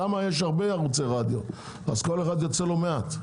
שם יש הרבה ערוצי רדיו אז לכל אחד יוצא מעט.